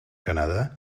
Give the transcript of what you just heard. canadà